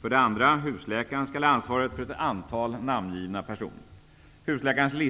För det andra skall husläkaren ha ansvar för ett antal namngivna personer. För det tredje skall